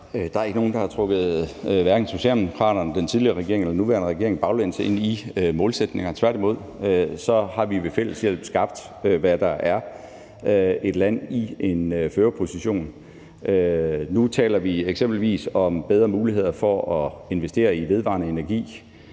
Der er ikke nogen, der har trukket hverken Socialdemokraterne, den tidligere regering eller den nuværende regering baglæns ind i målsætningerne. Tværtimod har vi ved fælles hjælp skabt, hvad der er et land i en førerposition. Nu taler vi eksempelvis om bedre muligheder for at investere i vedvarende energi.